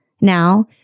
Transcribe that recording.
Now